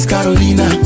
Carolina